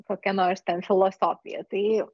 kokia nors ten filosofija tai